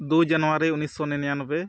ᱫᱩ ᱡᱟᱱᱩᱣᱟᱨᱤ ᱩᱱᱤᱥᱚ ᱱᱤᱨᱟᱱᱚᱵᱵᱳᱭ